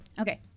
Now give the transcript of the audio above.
Okay